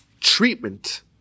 treatment